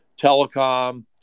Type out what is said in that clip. telecom